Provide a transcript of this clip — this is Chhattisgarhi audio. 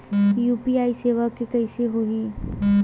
यू.पी.आई सेवा के कइसे होही?